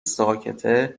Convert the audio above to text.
ساکته